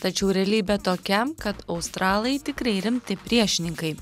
tačiau realybė tokia kad australai tikrai rimti priešininkai